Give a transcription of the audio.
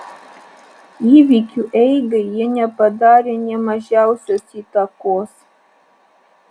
įvykių eigai jie nepadarė nė mažiausios įtakos